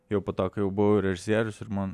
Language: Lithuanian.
jau po to kai jau buvau režisierius ir man